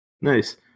Nice